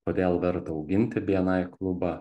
kodėl verta auginti bni klubą